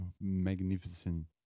magnificent